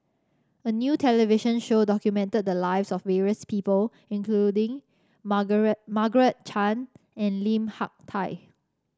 a new television show documented the lives of various people including Margaret Margaret Chan and Lim Hak Tai